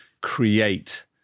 create